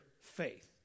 faith